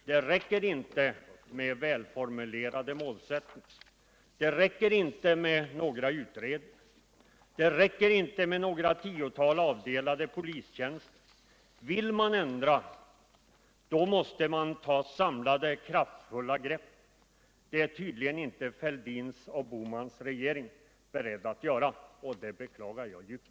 Det räcker inte med välformulerade målsättningar, det räcker inte med några utredningar och det räcker inte med några tiotal avdelade polistjänster. Vill man ändra på förhållandena måste man ta samlade, kraftfulla grepp. Detta är tydligen inte Fälldins och Bohmans regering beredd att göra, och det beklagar jag djupt.